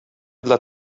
dla